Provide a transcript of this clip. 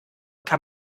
kann